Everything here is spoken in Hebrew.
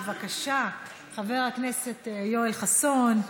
בבקשה, חבר הכנסת יואל חסון,